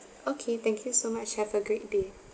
okay thank you so much have a great day